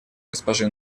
госпожи